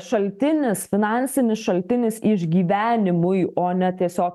šaltinis finansinis šaltinis išgyvenimui o ne tiesiog